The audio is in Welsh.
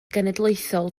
genedlaethol